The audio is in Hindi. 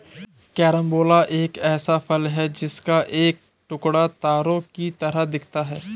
कैरम्बोला एक ऐसा फल है जिसका एक टुकड़ा तारों की तरह दिखता है